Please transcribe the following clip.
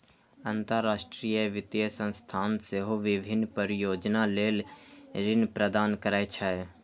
अंतरराष्ट्रीय वित्तीय संस्थान सेहो विभिन्न परियोजना लेल ऋण प्रदान करै छै